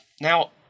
Now